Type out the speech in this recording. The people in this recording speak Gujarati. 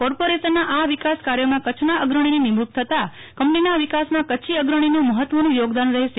કોર્પોરેશનના આ વિકાસ કાર્યમાં કચ્છના અગ્રણીની નિમણૂક થતાં કંપનીના વિકાસમાં કચ્છી અગ્રણીનું મહત્ત્વનું યોગદાન રહેશે